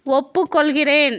ஒப்புக்கொள்கிறேன்